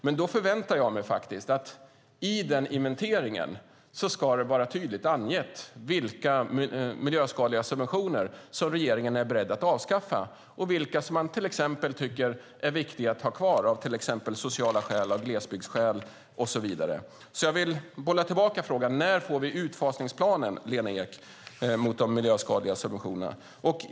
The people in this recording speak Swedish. Men då förväntar jag mig att det i den inventeringen ska vara tydligt angivet vilka miljöskadliga subventioner som regeringen är beredd att avskaffa och vilka som man tycker är viktiga att ha kvar av till exempel sociala skäl, glesbygdsskäl och så vidare. Jag vill bolla tillbaka frågan. När får vi planen för utfasning av de miljöskadliga subventionerna, Lena Ek?